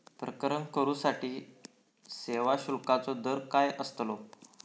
प्रकरण करूसाठी सेवा शुल्काचो दर काय अस्तलो?